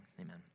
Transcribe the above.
Amen